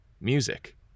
Music